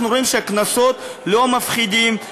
אנחנו רואים שהקנסות לא מפחידים,